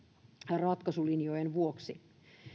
ratkaisulinjojen vuoksi